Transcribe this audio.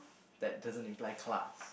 that doesn't imply class